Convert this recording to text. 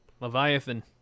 leviathan